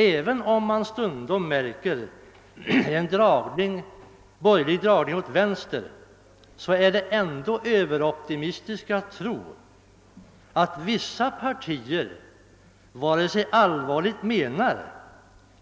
Även om man märker en borgerlig dragning åt vänster är det ändå överoptimistiskt att iro att vissa partier allvarligt vill